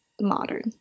Modern